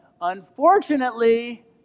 Unfortunately